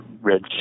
Red